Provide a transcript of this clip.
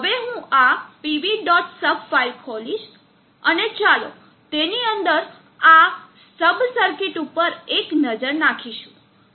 sub file ખોલીશ અને ચાલો તેની અંદરની સબ સર્કિટ ઉપર એક નજર નાખીશું